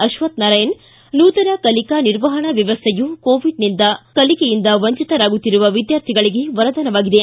ಅಕ್ವಕ್ಕನಾರಾಯಣ ನೂತನ ಕಲಿಕಾ ನಿರ್ವಹಣಾ ವ್ಯವಸ್ಥೆಯು ಕೋವಿಡ್ನಿಂದ ಕಲಿಕೆಯಿಂದ ವಂಚಿತರಾಗುತ್ತಿರುವ ವಿದ್ಯಾರ್ಥಿಗಳಿಗೆ ವರದಾನವಾಗಿದೆ